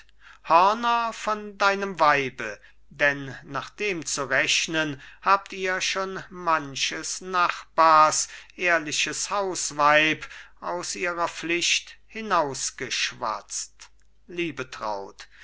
hörner von deinem weibe denn nach dem zu rechnen habt ihr schon manches nachbars ehrliches hausweib aus ihrer pflicht